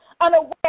unaware